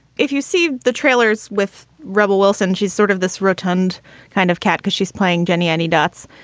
if you see the trailers with rebel wilson, she's sort of this rotund kind of cat because she's playing jenny any dots.